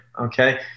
okay